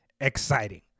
exciting